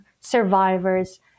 survivors